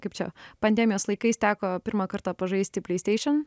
kaip čia pandemijos laikais teko pirmą kartą pažaisti playstation